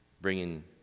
Bringing